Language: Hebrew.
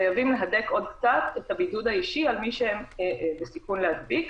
חייבים להדק עוד קצת את הבידוד האישי על מי שהם בסיכון להדביק.